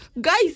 Guys